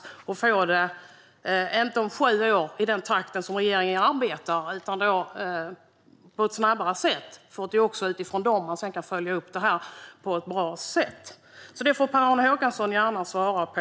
Det är också viktigt att detta inte sker om sju år - i den takt som regeringen arbetar - utan på ett snabbare sätt. Det är ju utifrån dessa mål som man sedan kan följa upp detta på ett bra sätt. Det får Per-Arne Håkansson gärna svara på.